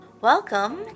Welcome